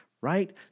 right